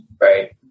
right